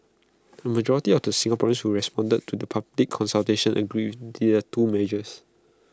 A majority of the Singaporeans who responded to the public consultation agreed the two measures